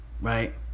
Right